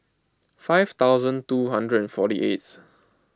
five thousand two hundred forty eight